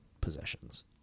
possessions